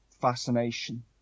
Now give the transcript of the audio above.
fascination